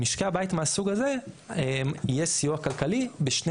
למשקי הבית מהסוג הזה יהיה סיוע כלכלי בשני